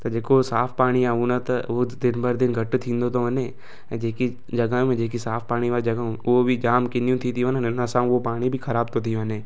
त जेको साफ़ पाणी आ्हे उहो न त उहो त दिन भर दिन घटि थींदो थो वञे ऐं जेकी जॻहियूं जेकी साफ़ पाणीअ वारियूं जॻहियूं आहिनि उहे बि जाम किनियूं थी थी वञनि इन सां उहो पाणी बि ख़राब थो थी वञे